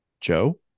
Joe